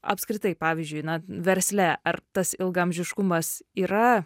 apskritai pavyzdžiui na versle ar tas ilgaamžiškumas yra